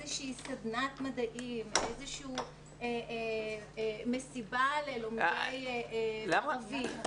‏סדנת מדעים או מסיבה ללומדי רביב.